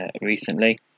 recently